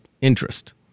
interest